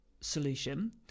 solution